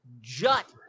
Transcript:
jut